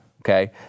Okay